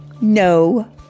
no